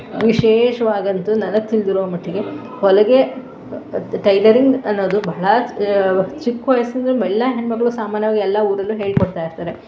ವಿಶೇಷವಾಗಂತೂ ನನಗೆ ತಿಳಿದಿರೋ ಮಟ್ಟಿಗೆ ಹೊಲಿಗೆ ಟೈಲರಿಂಗ್ ಅನ್ನೋದು ಬಹಳ ಚಿಕ್ಕ ವಯಸ್ಸಿನಿಂದ ಎಲ್ಲ ಹೆಣ್ಣುಮಗಳು ಸಾಮಾನ್ಯವಾಗಿ ಎಲ್ಲ ಊರಲ್ಲೂ ಹೇಳಿಕೊಡ್ತಾಯಿರ್ತಾರೆ